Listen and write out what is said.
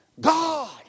God